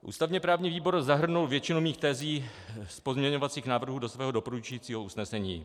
Ústavněprávní výbor zahrnul většinu mých tezí z pozměňovacích návrhů do svého doporučujícího usnesení.